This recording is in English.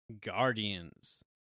Guardians